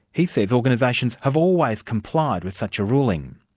he says organisations have always complied with such a ruling.